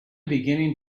beginning